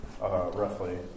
roughly